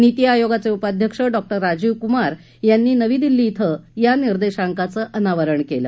निती आयोगाचे उपाध्यक्ष डॉक्टर राजीव कुमार यांनी नवी दिल्ली क्रिं आज या निर्देशांकाचं अनावरण केलं